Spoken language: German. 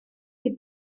die